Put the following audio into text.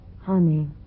Honey